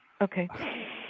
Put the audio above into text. okay